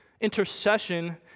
intercession